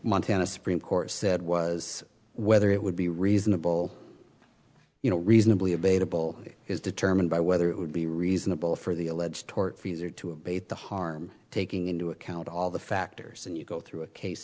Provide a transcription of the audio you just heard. montana supreme court said was whether it would be reasonable you know reasonably available is determined by whether it would be reasonable for the alleged tortfeasor to abate the harm taking into account all the factors and you go through a case